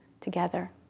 together